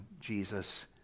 Jesus